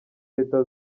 leta